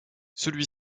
celui